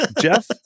Jeff